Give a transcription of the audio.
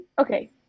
Okay